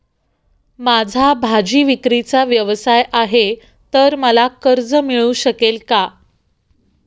माझा भाजीविक्रीचा व्यवसाय आहे तर मला कर्ज मिळू शकेल का?